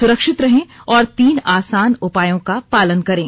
सुरक्षित रहें और तीन आसान उपायों का पालन करें